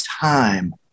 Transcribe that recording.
time